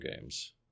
games